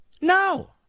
No